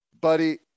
buddy